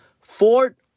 Fort